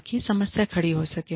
ताकि समस्या खड़ी हो सके